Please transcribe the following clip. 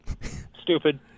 Stupid